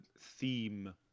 theme